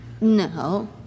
No